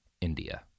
India